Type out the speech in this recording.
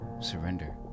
surrender